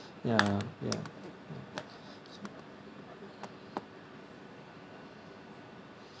ya ya